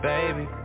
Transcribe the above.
Baby